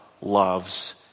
loves